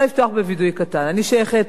אני שייכת לדור הישן,